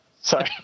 Sorry